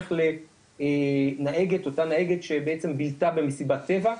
בהמשך לאותה נהגת שבילתה במסיבת טבע,